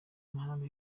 imihanda